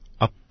up